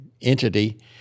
entity